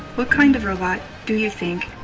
what kind of robot do you think?